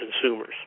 consumers